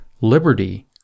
liberty